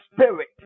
spirit